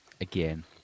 again